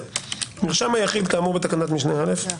נרשם היחיד כאמור בתקנת משנה (א),